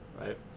right